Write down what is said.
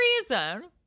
reason